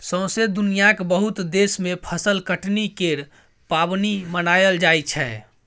सौसें दुनियाँक बहुत देश मे फसल कटनी केर पाबनि मनाएल जाइ छै